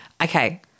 Okay